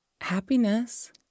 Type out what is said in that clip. happiness